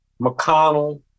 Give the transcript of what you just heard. McConnell